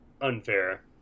unfair